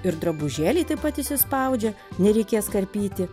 ir drabužėliai taip pat įsispaudžia nereikės karpyti